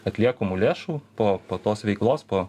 atliekamų lėšų po po tos veiklos po